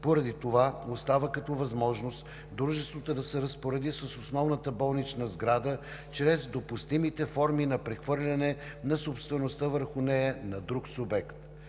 Поради това остава като възможност дружеството да се разпореди с основната болнична сграда чрез допустимите форми на прехвърляне на собствеността върху нея на друг субект.